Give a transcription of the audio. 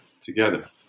together